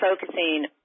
focusing